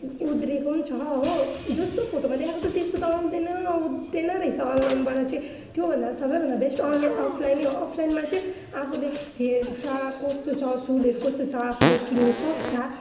उध्रिएको पनि छ हो जस्तो फोटोमा देखाएको त त्यस्तो त आउँदैन आउँदैन रहेछ अनलाइनबाट चाहिँ त्योभन्दा सबैभन्दा बेस्ट अनलाइन अफलाइनै हो अफलाइनमा चाहिँ आफूले हेर्छ कस्तो छ सुलहरू कस्तो छ आफूले किन्नु सक्छ